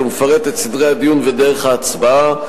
ומפרט את סדרי הדיון ודרך ההצבעה,